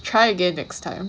try again next time